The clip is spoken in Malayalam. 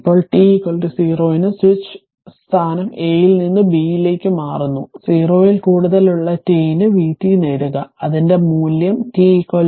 ഇപ്പോൾ t 0 ന് സ്വിച്ച് അതിന്റെ സ്ഥാനം A ൽ നിന്ന് B ലേക്ക് മാറ്റുന്നു 0 ൽ കൂടുതലുള്ള t ന് vt നേടുക അതിന്റെ മൂല്യം t 0